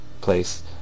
place